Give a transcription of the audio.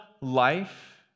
life